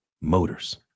Motors